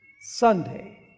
Sunday